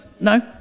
no